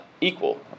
equal